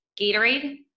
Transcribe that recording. Gatorade